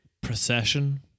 Procession